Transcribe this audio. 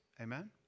Amen